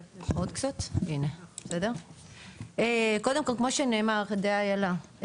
קודם כל כמו שנאמר על ידי איילה,